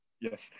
Yes